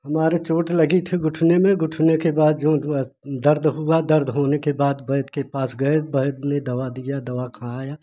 हमारे चोट लगी थी घुटने में घुटने के बाद जो हुआ दर्द हुआ दर्द होने के बाद वैद्य के पास गए वैद्य ने दवा दिया दवा खाया